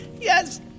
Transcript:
Yes